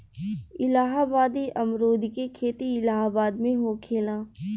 इलाहाबादी अमरुद के खेती इलाहाबाद में होखेला